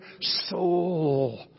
soul